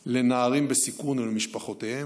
לנערים בסיכון ולמשפחותיהם,